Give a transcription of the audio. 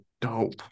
dope